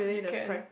you can